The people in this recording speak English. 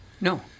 No